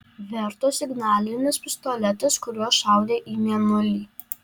verto signalinis pistoletas kuriuo šaudė į mėnulį